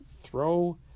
throw